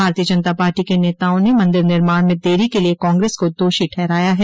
भारतीय जनता पार्टी के नेताओं ने मंदिर निर्माण में देरी के लिए कांग्रेस को दोषी ठहराया है